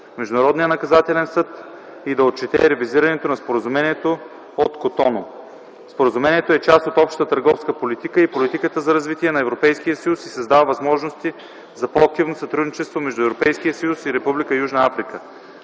Международния наказателен съд и да отчете ревизирането на Споразумението от Котону. Споразумението е част от общата търговска политика и политиката за развитие на Европейския съюз и създава възможности за по-активно сътрудничество между Европейския съюз и Република Южна Африка.